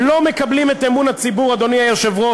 לא מקבלים את אמון הציבור, אדוני היושב-ראש,